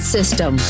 system